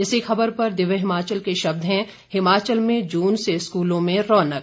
इसी खबर पर दिव्य हिमाचल के शब्द हैं हिमाचल में जून से स्कूलों में रौनक